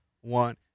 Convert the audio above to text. One